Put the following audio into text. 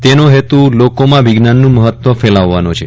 તેનો હેતુ લોકોમાં વિજ્ઞાનનું મહત્વ ફેલાવવાનો છે